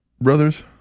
brothers